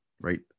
right